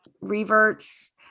reverts